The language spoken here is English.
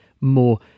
more